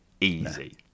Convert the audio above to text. easy